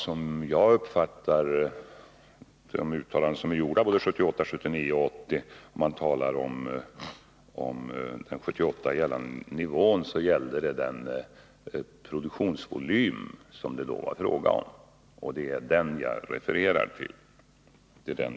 Som jag uppfattar de uttalanden som gjordes 1978, 1979 och 1980 om den år 1978 gällande nivån avser de produktionsvolymen. Det är den jag refererar till.